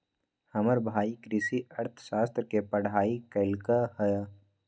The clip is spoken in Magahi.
हमर भाई कृषि अर्थशास्त्र के पढ़ाई कल्कइ ह